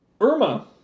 Irma